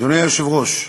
אדוני היושב-ראש,